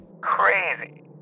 Crazy